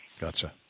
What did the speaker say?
Gotcha